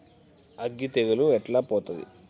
అగ్గి తెగులు ఎట్లా పోతది?